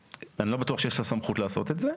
אני לא בטוח שיש לחברת הגבייה סמכות לעשות את זה.